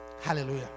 Hallelujah